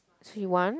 so you want